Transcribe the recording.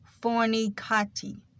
fornicati